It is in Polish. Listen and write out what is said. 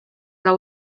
dla